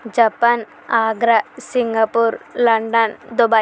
Japan Agra Singapore London Dubai